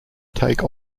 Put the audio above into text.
take